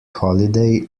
holiday